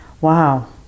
Wow